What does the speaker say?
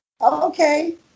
okay